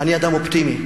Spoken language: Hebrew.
ואני אדם אופטימי: